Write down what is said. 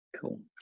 Cool